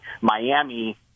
Miami